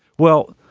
well,